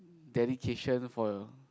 dedication for